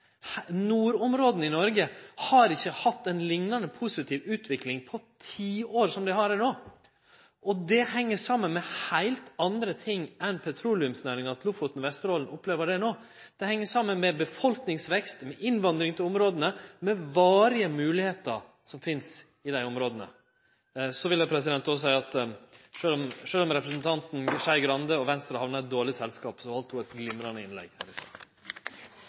Noreg har ikkje hatt ei liknande positiv utvikling på tiår som dei har no. Det at Lofoten og Vesterålen opplever dette no, heng saman med heilt andre ting enn petroleumsnæringa. Det heng saman med befolkningsvekst, med innvandring til områda og med varige moglegheiter som finst her. Så vil eg òg seie at sjølv om representanten Skei Grande og Venstre hamna i dårleg selskap, heldt ho eit glimrande innlegg. Det blir replikkordskifte. Statsråden har rett i